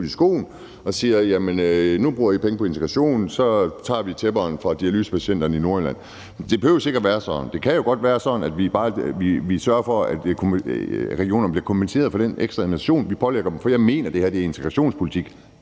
i skoene, at vi nu bruger penge på integration, og så tager vi tæpperne fra dialysepatienterne i Nordjylland. Det behøver ikke at være sådan. Det kan jo godt være sådan, at vi sørger for, at regionerne bliver kompenseret for den ekstra administration, vi pålægger dem, for jeg mener, det her primært er integrationspolitik.